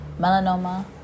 melanoma